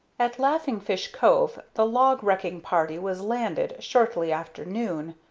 at laughing fish cove the log-wrecking party was landed, shortly after noon,